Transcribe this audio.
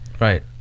Right